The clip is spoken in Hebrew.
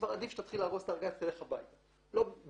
כבר עדיף שתתחיל לארוז את הארגז ותלך הביתה - במירכאות,